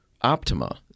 Optima